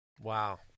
wow